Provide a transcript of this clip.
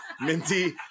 Minty